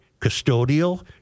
Custodial